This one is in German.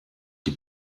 die